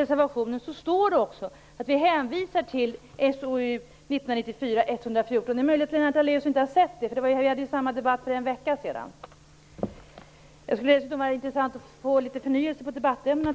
reservationen står det också att vi hänvisar till SOU 1994:114. Det är möjligt att Lennart Daléus inte har sett det. Vi hade ju samma debatt för en vecka sedan. Jag tycker dessutom att det skulle vara intressant att få litet förnyelse när det gäller debattämnen.